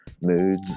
Moods